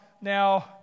now